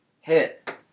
Hit